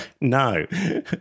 No